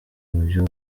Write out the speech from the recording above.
buryo